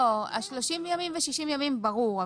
30 הימים ו-60 הימים ברור,